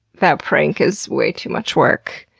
that prank is way too much work.